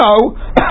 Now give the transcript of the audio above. no